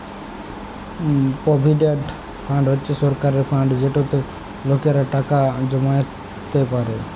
provident fund হছে সরকারের fund যেটতে লকেরা টাকা জমাইতে পারে